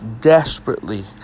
desperately